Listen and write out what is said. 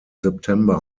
september